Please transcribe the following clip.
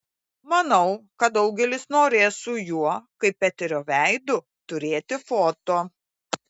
manau kad daugelis norės su juo kaip eterio veidu turėti foto